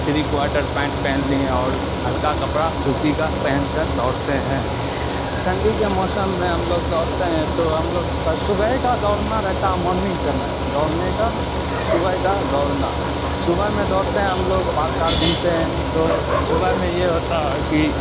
three quarter pant پہن لیے اور ہلکا کپڑا سوتی کا پہن کر دوڑتے ہیں ٹھنڈی کے موسم میں ہم لوگ دوڑتے ہیں تو ہم لوگ کا صبح کا دوڑنا رہتا ہے مارننگ سمے دوڑنے کا صبح کا دوڑنا صبح میں دوڑتے ہیں ہم لوگ پار آر گھومتے ہیں تو صبح میں یہ ہوتا ہے کہ